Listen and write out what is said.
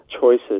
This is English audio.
choices